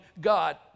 God